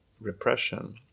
repression